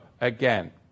again